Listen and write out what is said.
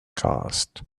cost